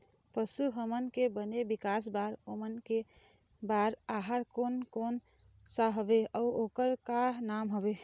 पशु हमन के बने विकास बार ओमन के बार आहार कोन कौन सा हवे अऊ ओकर का नाम हवे?